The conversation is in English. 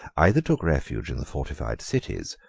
either took refuge in the fortified cities,